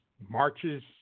marches